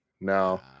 No